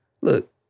look